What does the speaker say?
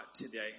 today